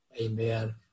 amen